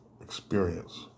experience